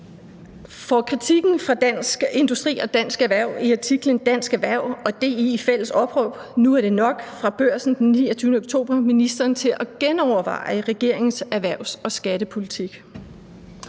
Får kritikken fra Dansk Industri og Dansk Erhverv i artiklen »Dansk Erhverv og DI i fælles opråb: Nu er det nok« fra Børsen den 29. oktober ministeren til at genoverveje regeringens erhvervs- og skattepolitik?